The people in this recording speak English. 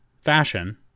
fashion